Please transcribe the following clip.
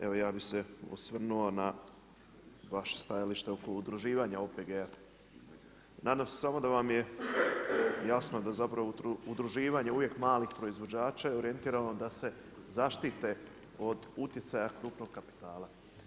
Evo, ja bi se osvrnuo na vaše stajalište oko udruživanju OPG-a, nadam se samo da vam je jasno, da zapravo udruživanja uvijek malih proizvođača je orijentirano da se zaštite od utjecaja krupnog kapitala.